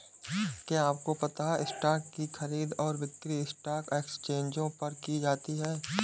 क्या आपको पता है स्टॉक की खरीद और बिक्री स्टॉक एक्सचेंजों पर की जाती है?